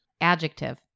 Adjective